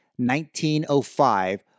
1905